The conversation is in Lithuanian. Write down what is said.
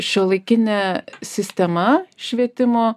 šiuolaikinė sistema švietimo